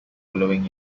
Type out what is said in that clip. following